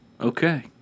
Okay